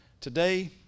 Today